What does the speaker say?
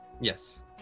Yes